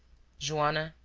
joanna,